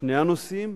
שני הנושאים,